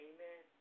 Amen